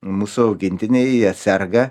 mūsų augintiniai jie serga